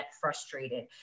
frustrated